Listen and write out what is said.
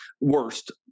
worst